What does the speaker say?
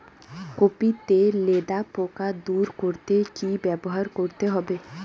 Copy তে লেদা পোকা দূর করতে কি ব্যবহার করতে হবে?